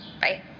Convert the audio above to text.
bye